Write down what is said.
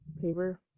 Paper